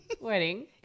wedding